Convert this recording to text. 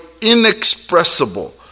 inexpressible